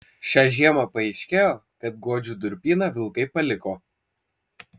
šią žiemą paaiškėjo kad guodžių durpyną vilkai paliko